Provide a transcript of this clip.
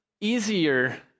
easier